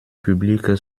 publique